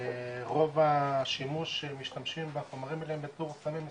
רוב השימוש שמשתמשים בחומרים האלה הם בתור סמי מסיבות,